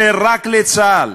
ורק לצה"ל,